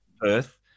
Perth